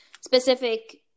specific